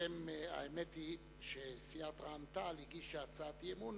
האמת היא שסיעת רע"ם-תע"ל הגישה הצעת אי-אמון,